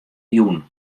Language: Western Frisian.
jûn